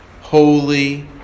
holy